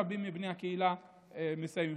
רבים מבני הקהילה מסיימים,